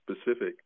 specific